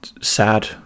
sad